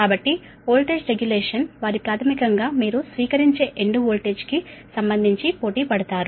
కాబట్టి voltage regulation వారి ప్రాథమికంగా మీరు స్వీకరించే ఎండ్ వోల్టేజ్ కు సంబంధించి పోటీ పడతారు